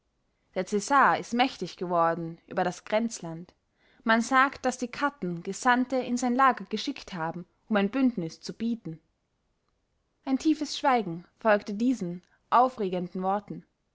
der cäsar ist mächtig geworden über das grenzland man sagt daß die katten gesandte in sein lager geschickt haben um ein bündnis zu bieten ein tiefes schweigen folgte diesen aufregenden worten